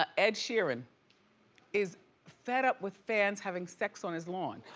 ah ed sheeran is fed up with fans having sex on his lawn.